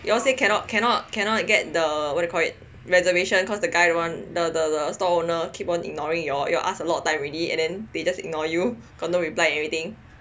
you all say cannot cannot get the what do you call it reservation cause the guy don't want the the store owner keep on ignoring you all you all ask a lot of times already and then they just ignore you got no reply and everything